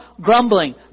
grumbling